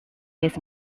his